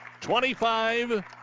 25